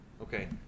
Okay